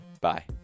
Bye